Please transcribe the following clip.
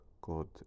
God